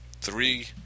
Three